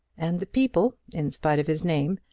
and the people, in spite of his name,